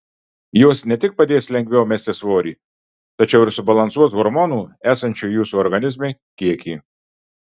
jos ne tik padės lengviau mesti svorį tačiau ir subalansuos hormonų esančių jūsų organizme kiekį